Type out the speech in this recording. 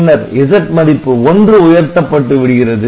பின்னர் Z மதிப்பு ஒன்று உயர்த்தப்பட்டு விடுகிறது